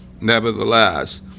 Nevertheless